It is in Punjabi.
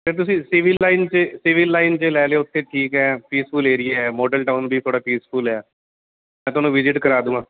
ਤਾਂ ਤੁਸੀਂ ਸੀਵੀਲ ਲਾਈਨ 'ਚ ਸੀਵੀਲ ਲਾਈਨ 'ਚ ਲੈ ਲਿਓ ਉੱਥੇ ਠੀਕ ਹੈ ਪੀਸਫੁਲ ਏਰੀਆ ਹੈ ਮੋਡਲ ਟਾਊਨ ਵੀ ਥੋੜ੍ਹਾ ਪੀਸਫੁਲ ਆ ਮੈਂ ਤੁਹਾਨੂੰ ਵਿਜਿਟ ਕਰਾ ਦੂੰਗਾ